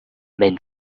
mijn